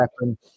happen